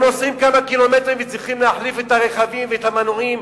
הם נוסעים כמה קילומטרים וצריכים להחליף את הרכבים ואת המנועים.